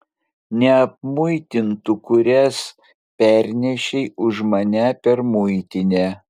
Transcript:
neapmuitintų kurias pernešei už mane per muitinę